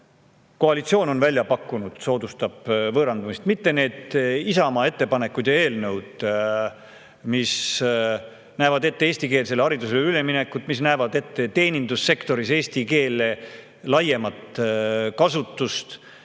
koalitsioon on välja pakkunud, soodustab võõrandumist, mitte need Isamaa ettepanekud ja eelnõud, mis näevad ette eestikeelsele haridusele üleminekut, mis näevad ette teenindussektoris eesti keele laiemat kasutust,